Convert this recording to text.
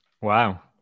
Wow